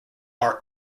are